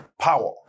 power